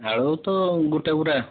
ଆଳୁ ତ ଗୋଟିଏ ବୁରା